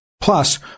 Plus